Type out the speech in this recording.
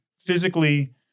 Physically